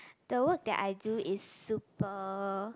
the work that I do is super